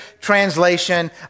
translation